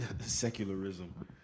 secularism